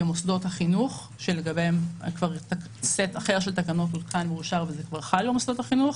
במוסדות החינוך לגביהם סט אחר של תקנות אושר וכבר חל במוסדות החינוך.